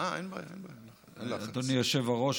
אדוני היושב-ראש,